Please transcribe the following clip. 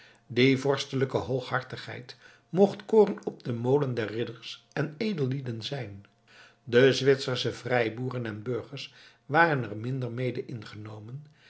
die vorstelijke hooghartigheid mocht koren op den molen der ridders en edellieden zijn de zwitsersche vrijboeren en burgers waren er minder mede ingenomen